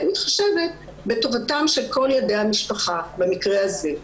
מתחשבת בטובתם של כל ילדי המשפחה במקרה הזה.